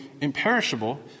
imperishable